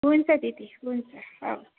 हुन्छ दिदी हुन्छ हवस्